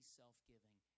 self-giving